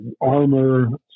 armor